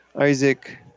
Isaac